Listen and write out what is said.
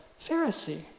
Pharisee